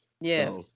Yes